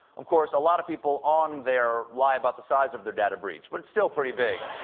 of course, a lot of people on there lie about the sides of their data breach, but it's still pretty big.